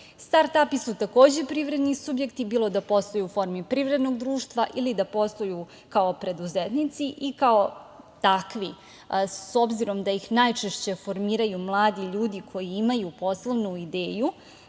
Start-ap su takođe privredni subjekti, bilo da posluju u formi privrednog društva ili da posluju kao preduzetnici i kao takvi, s obzirom da ih najčešće formiraju mladi ljudi koji imaju poslovnu ideju,